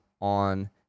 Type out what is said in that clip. on